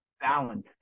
balanced